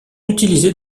utilisés